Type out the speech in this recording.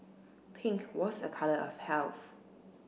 pink was a colour of health